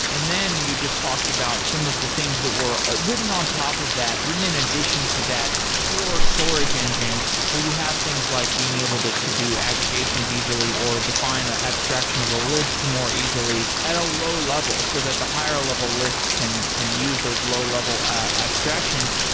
and then you just talked about some of the things that were ah written on top of that, written in addition to that core storage engine where you have things like being able to to do aggregations easily or define ah abstraction of a list more easily at a low level so that the higher level lists can can use those low level abstractions.